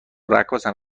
رقاصن